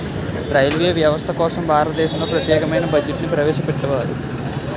railway వ్యవస్థ కోసం భారతదేశంలో ప్రత్యేకమైన బడ్జెట్ను ప్రవేశపెట్టేవారు